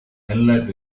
inlet